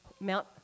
Mount